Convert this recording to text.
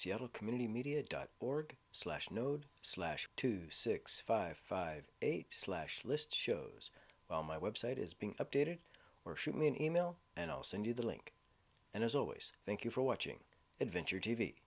seattle community media dot org slash node slash two six five five eight slash list shows while my website is being updated or shoot me an email and i'll send you the link and as always thank you for watching adventure t